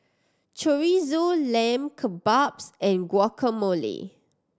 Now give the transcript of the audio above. Chorizo Lamb Kebabs and Guacamole